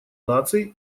наций